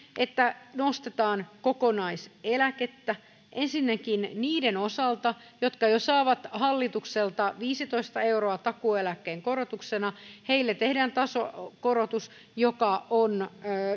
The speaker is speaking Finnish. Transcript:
että nostetaan kokonaiseläkettä ensinnäkin niiden osalta jotka jo saavat hallitukselta viisitoista euroa takuueläkkeen korotuksena heille tehdään tasokorotus joka on